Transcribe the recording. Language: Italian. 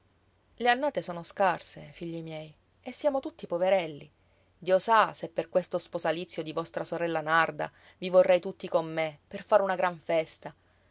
le annate sono scarse figli miei e siamo tutti poverelli dio sa se per questo sposalizio di vostra sorella narda vi vorrei tutti con me per fare una gran festa